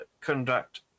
conduct